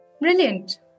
Brilliant